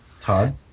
Todd